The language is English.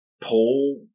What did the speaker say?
pull